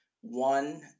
one